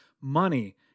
money